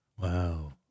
Wow